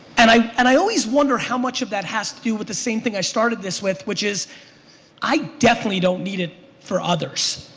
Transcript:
and i and i always wonder how much of that has to do with the same thing i started this with which is i definitely don't need it for others.